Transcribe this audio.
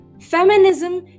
Feminism